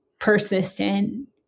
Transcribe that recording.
persistent